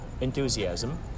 enthusiasm